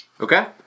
Okay